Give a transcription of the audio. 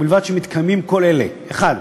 ובלבד שמתקיימים כל אלה: (1)